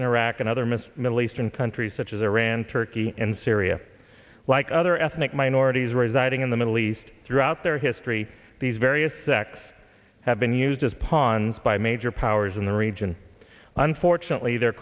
in iraq and other miss middle eastern countries such as iran turkey and syria like other ethnic minorities residing in the middle east throughout their history these various sects have been used as pawns by major powers in the region unfortunately the